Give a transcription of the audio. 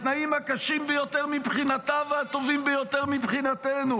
בתנאים הקשים ביותר מבחינתה והטובים ביותר מבחינתנו